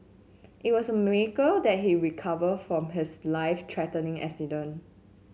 it was a miracle that he recovered from his life threatening accident